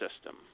system